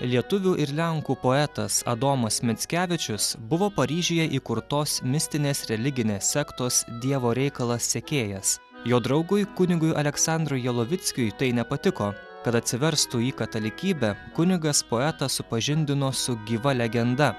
lietuvių ir lenkų poetas adomas mickevičius buvo paryžiuje įkurtos mistinės religinės sektos dievo reikalas sekėjas jo draugui kunigui aleksandrui jolovickiui tai nepatiko kad atsiverstų į katalikybę kunigas poetas supažindino su gyva legenda